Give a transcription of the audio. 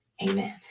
amen